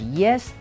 yes